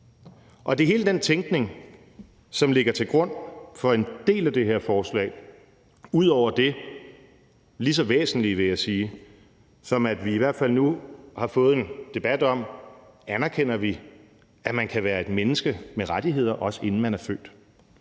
Og det er hele den tænkning, som ligger til grund for en del af det her forslag, ud over det lige så væsentlige, vil jeg sige, som er, at vi i hvert fald nu har fået en debat om, hvorvidt vi anerkender, at man kan være et menneske med rettigheder, også inden man er født?